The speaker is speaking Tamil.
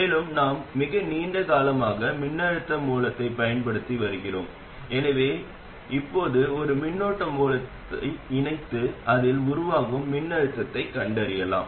மேலும் நாம் மிக நீண்ட காலமாக மின்னழுத்த மூலத்தைப் பயன்படுத்தி வருகிறோம் எனவே இப்போது ஒரு மின்னோட்ட மூலத்தை இணைத்து அதில் உருவாகும் மின்னழுத்தத்தைக் கண்டறியலாம்